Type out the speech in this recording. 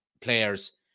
players